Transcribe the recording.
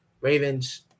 Ravens